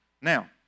Now